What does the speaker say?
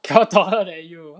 cannot taller than you